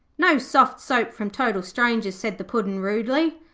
no soft soap from total strangers said the puddin', rudely.